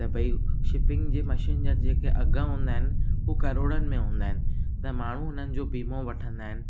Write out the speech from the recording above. त भाई शिपिंग जे मशीन जा जेके अघ हूंदा आहिनि हू करोड़नि में हूंदा आहिनि त माण्हू उन्हनि जो बीमो वठंदा आहिनि